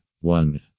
one